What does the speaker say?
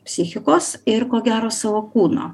psichikos ir ko gero savo kūno